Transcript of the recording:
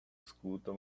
escuta